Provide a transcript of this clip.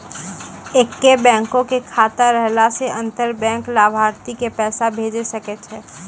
एक्के बैंको के खाता रहला से अंतर बैंक लाभार्थी के पैसा भेजै सकै छै